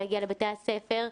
להגיע לבתי הספר,